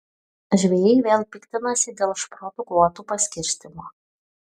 žvejai vėl piktinasi dėl šprotų kvotų paskirstymo